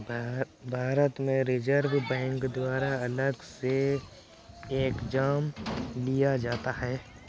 भारत में reserve bank द्वारा अलग से एग्जाम लिया जाता है